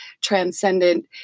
transcendent